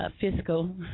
fiscal